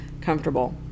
comfortable